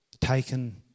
taken